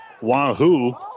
Wahoo